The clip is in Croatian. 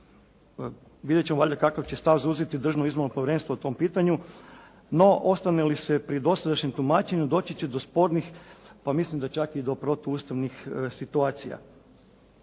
Vidjeti ćemo valjda kakav će stav zadržati Državno izborno povjerenstvo o tom pitanju, no ostane li se pri dosadašnjem tumačenju doći će do spornih pa mislim da čak i do protuustavnih situacija.